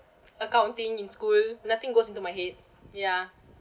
accounting in school nothing goes into my head ya